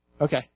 Okay